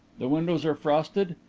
the windows are frosted?